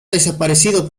desaparecido